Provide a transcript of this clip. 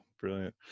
brilliant